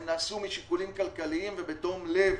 הם נעשו משיקולים כלכליים ובתום לב.